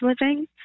living